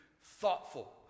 thoughtful